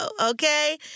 okay